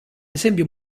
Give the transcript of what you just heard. esempio